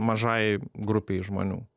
mažai grupei žmonių